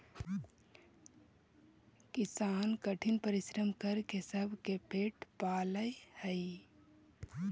किसान कठिन परिश्रम करके सबके पेट पालऽ हइ